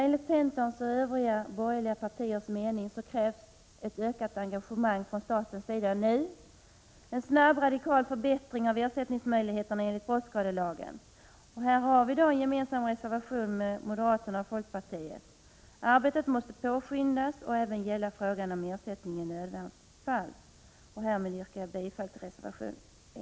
Enligt centerns och övriga borgerliga partiers mening krävs nu ett ökat engagemang från statens sida — en snabb och radikal förbättring av ersättningsmöjligheterna enligt brottsskadelagen. Här har centern, moderaterna och folkpartiet en gemensam reservation. Arbetet måste påskyndas och även gälla frågan om ersättning i nödvärnsfall. Härmed yrkar jag bifall till reservation 1.